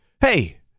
hey